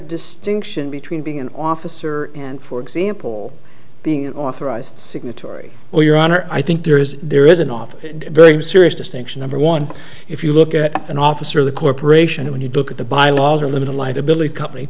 distinction between being an officer and for example being an authorized signatory well your honor i think there is there is an awful very serious distinction number one if you look at an officer of the corporation when you look at the bylaws or limited liability company